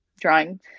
drawing